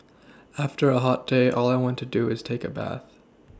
after a hot day all I want to do is take a bath